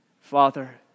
Father